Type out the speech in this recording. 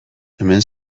hemen